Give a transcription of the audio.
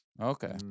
Okay